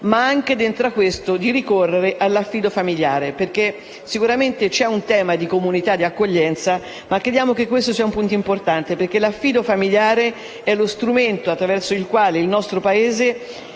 il Governo anche a ricorrere all'affido familiare. Certamente c'è un tema di comunità e di accoglienza, ma crediamo che questo sia un punto importante, perché l'affido familiare è lo strumento attraverso il quale il nostro Paese